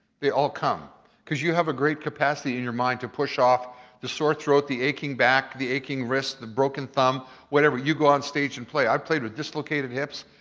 they all come cause you have a great capacity in your mind to push off the sore throat, the aching back, the aching wrist, the broken thumb, whatever. you go on stage and play. i've played with dislocated hips.